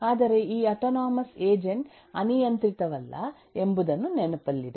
ಆದರೆ ಈ autonomous agent ಅನಿಯಂತ್ರಿತವಲ್ಲ ಎಂಬುದನ್ನು ನೆನಪಿನಲ್ಲಿಡಿ